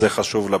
זה חשוב לפרוטוקול.